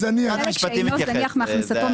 חלק שאינו זניח מהכנסתו,